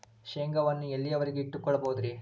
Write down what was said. ಶೇಂಗಾವನ್ನು ಎಲ್ಲಿಯವರೆಗೂ ಇಟ್ಟು ಕೊಳ್ಳಬಹುದು ರೇ?